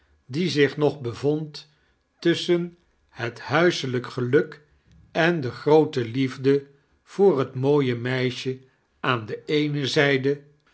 die zich nog bevond tusschen het hiudselijk geluk en de groote liefde voor het mooie meisje aan de eene zijde